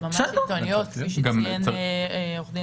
ממש מקצועניות כפי שציין עורך דין